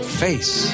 face